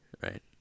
right